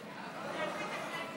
הצעת חוק